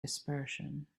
dispersion